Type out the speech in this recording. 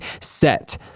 set